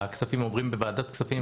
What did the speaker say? הכספים עוברים בוועדת כספים,